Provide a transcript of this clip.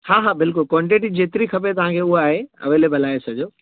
हा हा बिल्कुलु क्वांटिटी जेतिरी खपे तव्हांखे उहा आहे अवेलेबल आहे सॼो